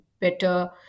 better